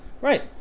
Right